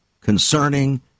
concerning